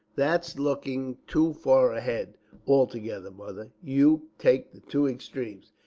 that's looking too far ahead altogether, mother. you take the two extremes.